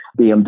BMW